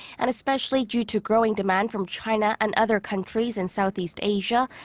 and especially due to growing demand from china and other countries and southeast asia.